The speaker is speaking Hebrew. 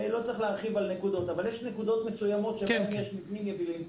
יש נקודות מסוימות בהן יש מבנים ידועים,